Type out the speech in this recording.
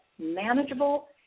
manageable